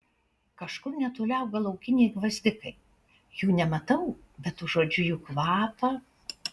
kažkur netoli auga laukiniai gvazdikai jų nematau bet užuodžiu jų kvapą